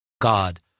God